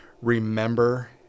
remember